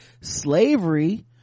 slavery